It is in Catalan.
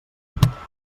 profunditat